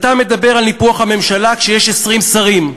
אתה מדבר על ניפוח הממשלה כשיש 20 שרים.